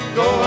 go